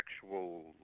sexual